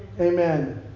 Amen